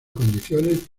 condiciones